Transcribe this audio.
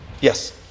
Yes